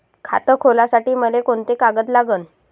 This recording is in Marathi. खात खोलासाठी मले कोंते कागद लागन?